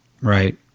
right